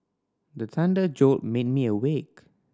the thunder jolt may me awake